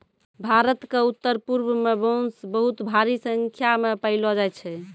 भारत क उत्तरपूर्व म बांस बहुत भारी संख्या म पयलो जाय छै